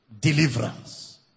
Deliverance